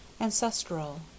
Ancestral